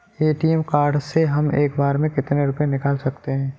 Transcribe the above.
ATM card से हम एक बार में कितना रुपया निकाल सकते हैं?